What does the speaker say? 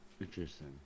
interesting